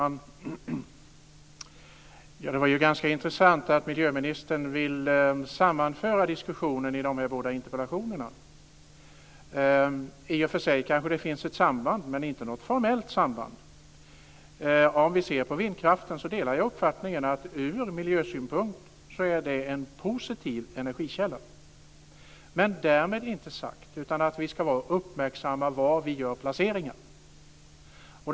Herr talman! Det var ju ganska intressant att miljöministern vill sammanföra diskussionen i de här båda interpellationerna. I och för sig kanske det finns ett samband, men inte något formellt samband. Om vi ser på vindkraften så delar jag uppfattningen att det ur miljösynpunkt är en positiv energikälla. Men därmed inte sagt annat än att vi ska vara uppmärksamma på var vi gör placeringarna.